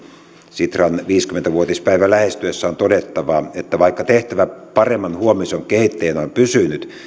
sitran viisikymmentä vuotispäivän lähestyessä on todettava että vaikka tehtävä paremman huomisen kehittäjänä on pysynyt